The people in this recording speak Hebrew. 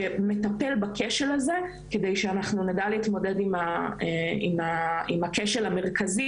שמטפל בכשל הזה כדי שאנחנו נדע להתמודד עם הכשל המרכזי